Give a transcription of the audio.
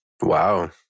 Wow